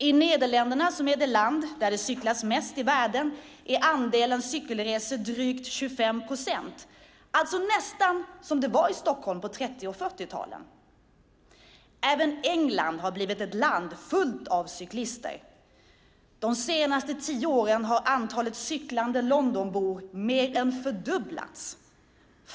I Nederländerna, som är det land där det cyklas mest i världen, är andelen cykelresor drygt 25 procent, alltså nästan som det var i Stockholm på 30 och 40-talen. Även England har blivit ett land fullt av cyklister. De senaste tio åren har antalet cyklande Londonbor mer än fördubblats.